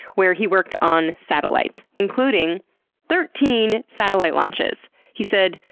where he worked on satellites, including thirteen satellite launches. he said,